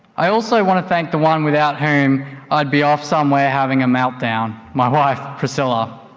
i also want to thank the one without whom i'd be off somewhere having a meltdown, my wife priscilla.